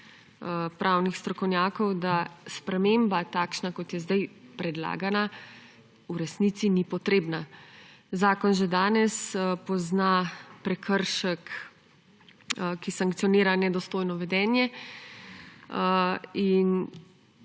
pravnih strokovnjakov, da takšna sprememba, kot je zdaj predlagana, v resnici ni potrebna. Zakon že danes pozna prekršek, ki sankcionira nedostojno vedenje in